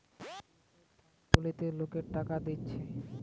যে সব ফান্ড গুলাতে লোকরা টাকা দিতেছে